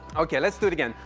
ok, let's do it again,